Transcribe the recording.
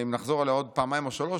אם נחזור עליה עוד פעמיים או שלוש,